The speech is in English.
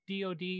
DOD